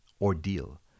ordeal